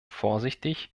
vorsichtig